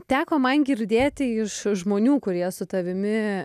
teko man girdėti iš žmonių kurie su tavimi